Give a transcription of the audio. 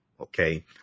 okay